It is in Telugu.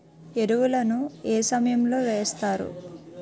ఎరువుల ను ఏ సమయం లో వేస్తారు?